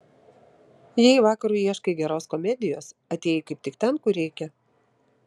jei vakarui ieškai geros komedijos atėjai kaip tik ten kur reikia